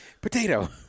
Potato